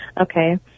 okay